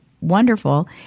wonderful